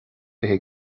fiche